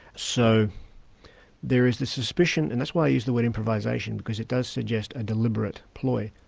so there is the suspicion, and that's why i use the word improvisation because it does suggest a deliberate ploy,